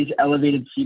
elevated